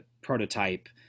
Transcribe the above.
prototype